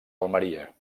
almeria